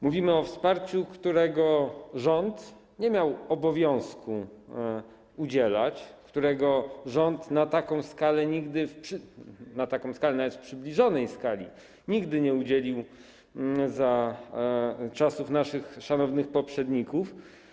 Mówimy o wsparciu, którego rząd nie miał obowiązku udzielać, którego rząd na taką skalę, nawet w przybliżonej skali nigdy nie udzielił za czasów naszych szanownych poprzedników.